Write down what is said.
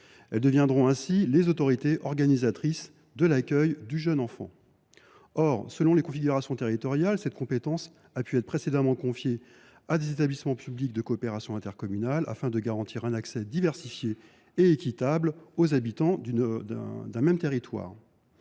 Celles ci deviendront ainsi les « autorités organisatrices de l’accueil du jeune enfant ». Or, selon les configurations territoriales, cette compétence a pu être précédemment confiée à des établissements publics de coopération intercommunale (EPCI), afin de garantir un accès diversifié et équitable aux habitants d’un même territoire.